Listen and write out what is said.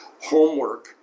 homework